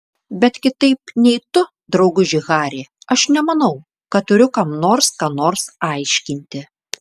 bet kitaip nei tu drauguži hari aš nemanau kad turiu kam nors ką nors aiškinti